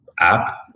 app